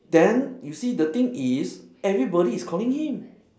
then you see the thing is everybody is calling him